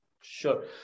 Sure